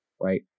right